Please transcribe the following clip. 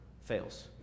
fails